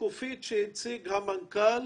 השקופית שהציג המנכ"ל